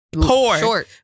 Poor